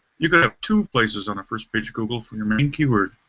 you could have two places on the first page of google for your main keyword.